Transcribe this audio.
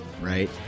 right